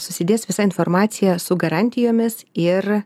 susidės visa informacija su garantijomis ir